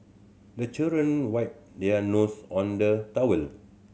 the children wipe their nose on the towel